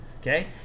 okay